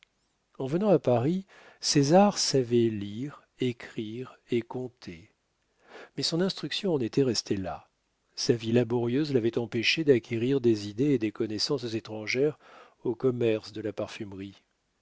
en venant à paris césar savait lire écrire et compter mais son instruction en était restée là sa vie laborieuse l'avait empêché d'acquérir des idées et des connaissances étrangères au commerce de la parfumerie